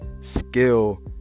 skill